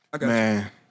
Man